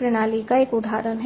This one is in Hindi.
प्रणाली का एक उदाहरण है